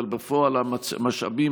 אבל בפועל המשאבים,